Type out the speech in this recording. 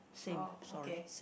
oh okay